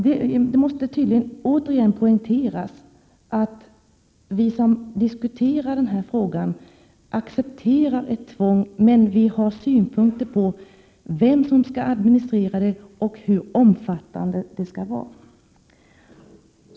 Det måste tydligen återigen poängteras att vi som diskuterar denna fråga accepterar ett tvång men att vi har synpunkter på vem som skall administrera det och hur omfattande det skall vara.